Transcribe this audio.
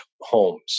homes